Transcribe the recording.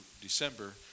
December